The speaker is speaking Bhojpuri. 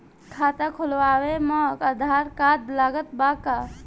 खाता खुलावे म आधार कार्ड लागत बा का?